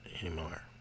anymore